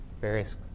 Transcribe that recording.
various